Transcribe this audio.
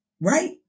right